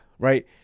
right